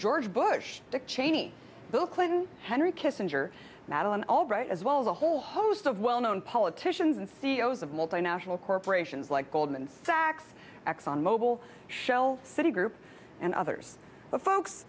george bush dick cheney bill clinton henry kissinger madeleine albright as well as a whole host of well known politicians and c e o s of multinational corporations like goldman sachs exxon mobil shell citigroup and others but folks